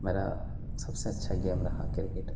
میرا سب سے اچھا گیم رہا کرکٹ